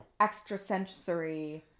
extrasensory